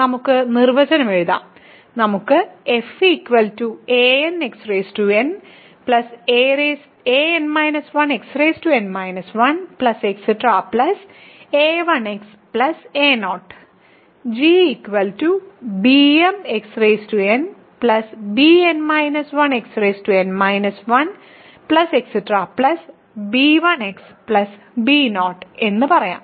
നമുക്ക് നിർവചനം എഴുതാം നമുക്ക് f anxn an 1xn 1a1x a0 g bmxn bn 1xn 1 b1x b0 എന്ന് പറയാം